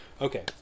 okay